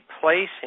placing